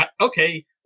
okay